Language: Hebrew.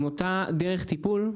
עם אותה דרך טיפול,